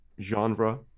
genre